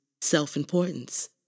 self-importance